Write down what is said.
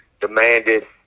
demanded